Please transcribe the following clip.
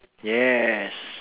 yes